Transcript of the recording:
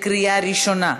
קריאה ראשונה.